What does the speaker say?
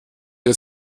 ihr